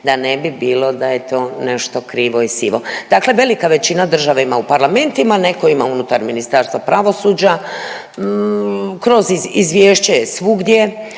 da ne bi bilo da je to nešto krivo i sivo. Dakle velika većina država ima u parlamentima, neko ima unutar Ministarstva pravosuđa, kroz izvješće je svugdje